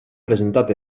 presentat